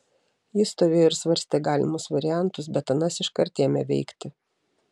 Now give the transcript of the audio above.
jis stovėjo ir svarstė galimus variantus bet anas iškart ėmė veikti